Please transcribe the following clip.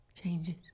changes